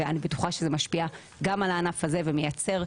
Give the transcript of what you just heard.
ואני בטוחה שזה משפיע גם על הענף הזה ומייצר,